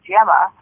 Gemma